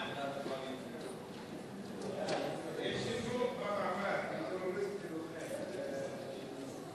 ההצעה להעביר את הצעת חוק כליאתם של לוחמים בלתי חוקיים